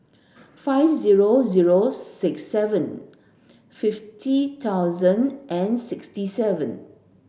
five zero zero six seven fifty thousand and sixty seven